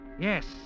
Yes